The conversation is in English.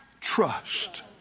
trust